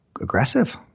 aggressive